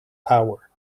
power